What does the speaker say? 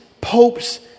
popes